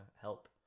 help